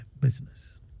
business